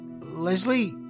Leslie